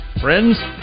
Friends